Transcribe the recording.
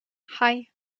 hei